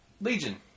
Legion